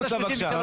צא החוצה בבקשה.